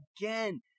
again